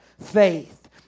faith